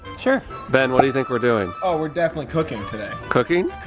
sure ben. what do you think we're doing? oh, we're definitely cooking today, cooking?